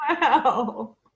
wow